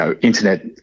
internet